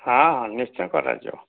ହଁ ହଁ ନିଶ୍ଚୟ କରାଯିବ